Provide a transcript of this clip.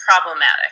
problematic